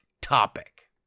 topic